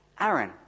Aaron